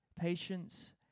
patience